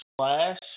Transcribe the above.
slash